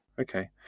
Okay